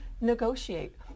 negotiate